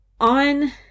on